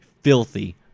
Filthy